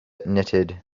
knitted